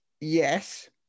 yes